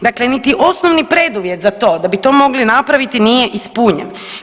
Dakle, niti osnovni preduvjet za to da bi to mogli napraviti nije ispunjen.